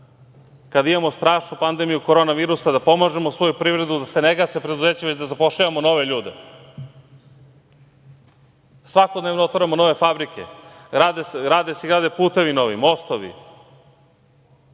kada imamo strašnu pandemiju korona virusa da pomažemo svoju privredu, da se ne gase preduzeća, već da zapošljavamo nove ljude. Svakodnevno otvaramo nove fabrike. Rade se i grade putevi novi, mostovi.